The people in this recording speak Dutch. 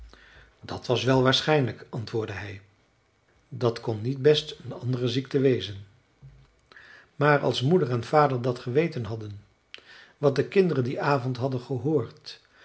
dat was wel waarschijnlijk antwoordde hij dat kon niet best een andere ziekte wezen maar als moeder en vader dat geweten hadden wat de kinderen dien avond hadden gehoord